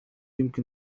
يمكن